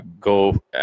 go